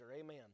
Amen